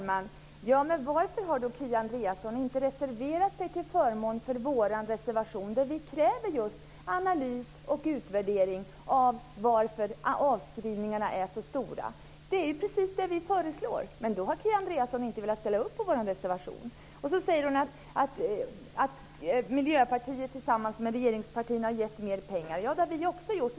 Fru talman! Varför har då Kia Andreasson inte reserverat sig till förmån för vår reservation där vi kräver just analys och utvärdering av varför avskrivningarna är så stora? Det är ju precis det vi föreslår. Men Kia Andreasson har inte velat ställa upp på vår reservation. Hon säger att Miljöpartiet tillsammans med regeringspartierna har gett mer pengar. Det har också vi gjort.